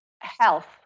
health